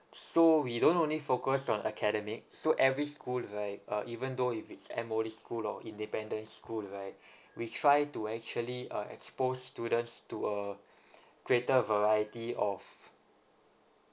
so we don't only focus on academic so every schools right uh even though if it's M_O_E school of independent school right we try to actually uh expose students to a greater variety of